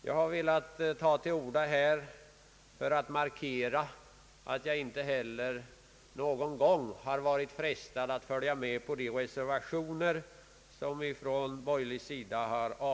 Jag har tagit till orda här för att markera att jag inte någon gång varit frestad att ansluta mig till de reservationer som avgivits från borgerlig sida.